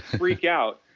freak out,